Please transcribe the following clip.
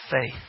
faith